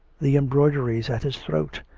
the embroideries at his throat,